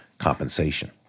compensation